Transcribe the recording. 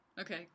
Okay